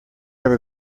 ever